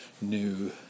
new